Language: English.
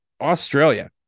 Australia